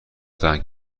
دهند